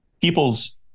people's